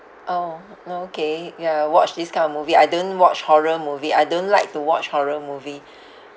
orh orh okay ya watch this kind of movie I don't watch horror movie I don't like to watch horror movie